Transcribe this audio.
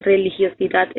religiosidad